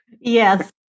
Yes